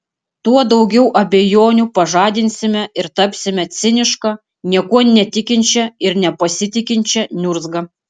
tuo daugiau abejonių pažadinsime ir tapsime ciniška niekuo netikinčia ir nepasitikinčia niurzga